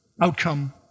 outcome